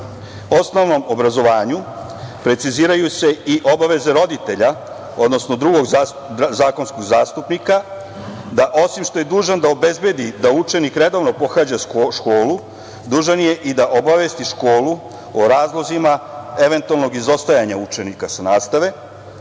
osnovnom obrazovanju preciziraju se i obaveze roditelja, odnosno drugog zakonskog zastupnika, da osim što je dužan da obezbedi da učenik redovno pohađa školu, dužan je i da obavesti školu o razlozima, eventualnog izostajanja učenika sa nastave